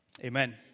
Amen